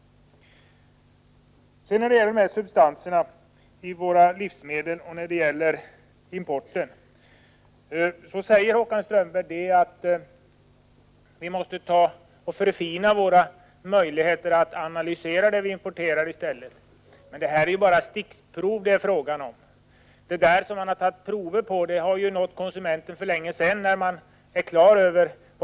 Beträffande substanserna i våra importerade livsmedel säger Håkan Strömberg att vi måste förfina våra analyser av vad vi importerar. Men det är ju bara fråga om stickprov. När resultatet av proverna är klara, har ju produkten nått konsumenten för länge sedan.